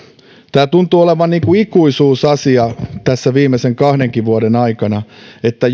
tämä tuntuu olevan ikuisuusasia tässä viimeisen kahdenkin vuoden aikana että